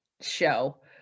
show